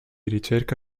ricerca